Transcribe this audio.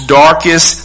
darkest